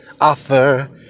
offer